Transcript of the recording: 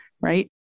right